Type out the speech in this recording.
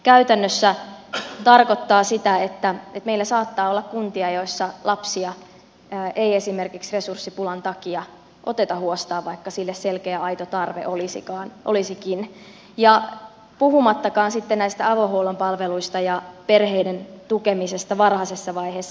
käytännössä se tarkoittaa sitä että meillä saattaa olla kuntia joissa lapsia ei esimerkiksi resurssipulan takia oteta huostaan vaikka sille selkeä aito tarve olisikin puhumattakaan sitten näistä avohuollon palveluista ja perheiden tukemisesta varhaisessa vaiheessa